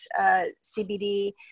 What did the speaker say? CBD